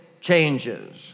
changes